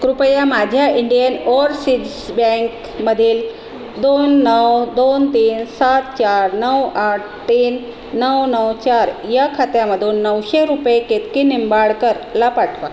कृपया माझ्या Indian Overseas बँकमधील दोन नऊ दोन तीन सात चार नऊ आठ तीन नऊ नऊ चार या खात्यामधून नऊशे रुपये केतकी निंबाडकरला पाठवा